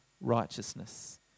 righteousness